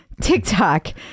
TikTok